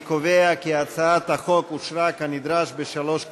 אני קובע כי הצעת החוק אושרה כנדרש בשלוש קריאות.